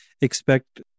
expect